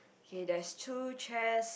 okay there's two chairs